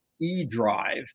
E-Drive